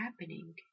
happening